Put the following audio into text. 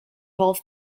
hall